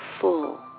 full